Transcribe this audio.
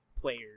players